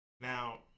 Now